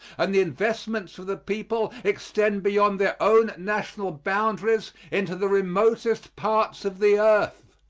and the investments of the people extend beyond their own national boundaries into the remotest parts of the earth.